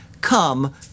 come